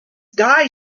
guy